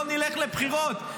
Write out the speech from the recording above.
לא נלך לבחירות.